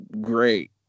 great